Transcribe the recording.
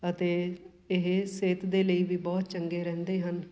ਅਤੇ ਇਹ ਸਿਹਤ ਦੇ ਲਈ ਵੀ ਬਹੁਤ ਚੰਗੇ ਰਹਿੰਦੇ ਹਨ